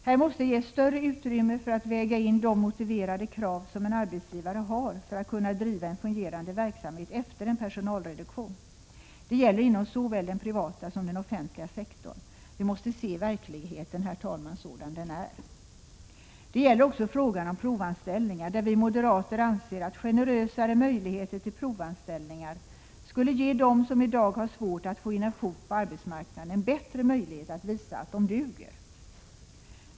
Här måste ges större utrymme för att väga in de motiverade krav som en arbetsgivare har att kunna driva en fungerande verksamhet efter en personalreduktion. Det gäller inom såväl den privata som den offentliga sektorn. Vi måste se verkligheten sådan den är. Det gäller också frågan om provanställningar, där vi moderater anser att generösare möjligheter till provanställningar skulle ge dem som i dag har svårt att få in en fot på arbetsmarknaden en bättre möjlighet att visa att de duger.